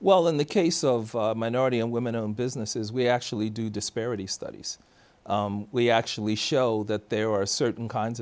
well in the case of minority and women owned businesses we actually do disparity studies we actually show that there are certain kinds